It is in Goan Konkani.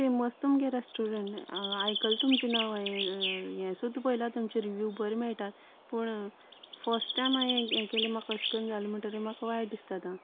फेमस तुमगे रेस्टॉरंन्ट आयकलां तुमचे नांव हांयेन हें सुद्दां पयलां तुमचे रिव्हिव्यू बरें मेळटात पूण फर्स्ट टायम हांये हे केले म्हाका अशें कन्न जालें म्हणकीर म्हाका वायट दिसता आतां